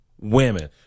women